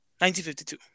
1952